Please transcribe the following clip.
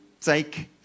take